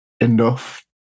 enough